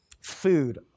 food